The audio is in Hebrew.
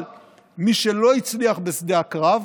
אבל מי שלא הצליח בשדה הקרב